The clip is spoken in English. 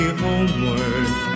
homeward